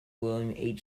william